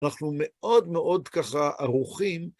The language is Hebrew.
אנחנו מאוד מאוד ככה ערוכים.